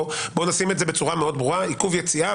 עיכוב יציאה,